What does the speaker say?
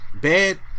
bad